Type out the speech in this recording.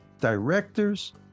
directors